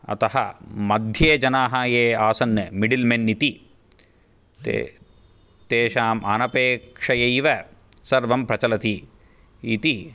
अतः मध्ये जनाः ये आसन् मिडिल्मेन् इति ते तेषाम् अनपेक्षैव सर्वं प्रचलति इति